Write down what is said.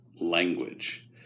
language